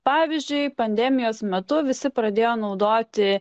pavyzdžiui pandemijos metu visi pradėjo naudoti